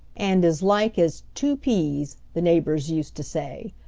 and as like as two peas the neighbors used to say.